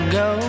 go